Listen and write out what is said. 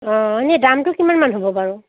অ' এনেই দামটো কিমান মান হ'ব বাৰু